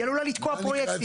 היא עלולה לתקוע פרויקטים.